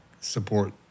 support